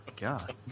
god